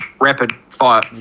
rapid-fire